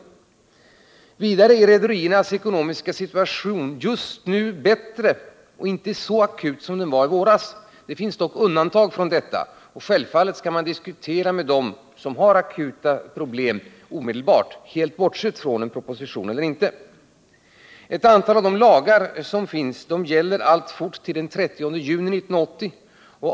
För det tredje är rederiernas ekonomiska situation just nu bättre och inte så akut som den var i våras. Det finns dock undantag. Självfallet skall man omedelbart diskutera med dem som har akuta problem — helt bortsett från om det läggs fram en proposition eller inte. Ett antal av de lagar som finns gäller alltfort — till den 30 juni 1980.